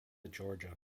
georgia